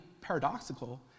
paradoxical